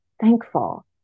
thankful